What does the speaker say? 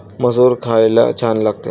मसूर खायला छान लागते